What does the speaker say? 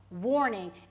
warning